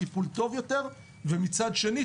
טיפול טוב יותר ומצד שני,